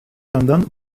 yandan